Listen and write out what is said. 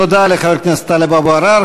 תודה לחבר הכנסת טלב אבו עראר.